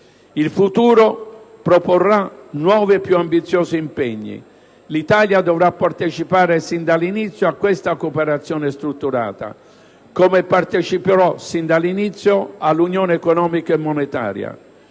Il futuro proporrà nuovi e più ambiziosi impegni. L'Italia dovrà partecipare sin dall'inizio a questa cooperazione strutturata, come partecipò sin dall'inizio all'Unione economica e monetaria.